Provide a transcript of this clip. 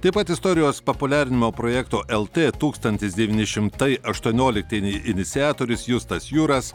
taip pat istorijos populiarinimo projekto lt tūkstantis devyni šimtai aštuoniolikti iniciatorius justas juras